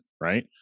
right